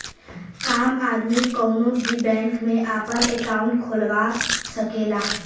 आम आदमी कउनो भी बैंक में आपन अंकाउट खुलवा सकला